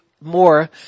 more